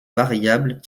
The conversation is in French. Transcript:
variables